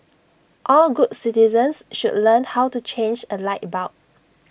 all good citizens should learn how to change A light bulb